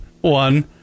one